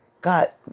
got